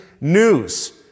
news